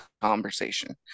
conversation